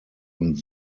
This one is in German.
und